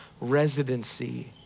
residency